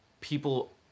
People